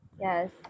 Yes